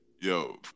yo